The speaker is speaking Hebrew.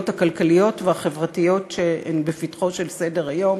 הכלכליות והחברתיות שבפתחו של סדר-היום.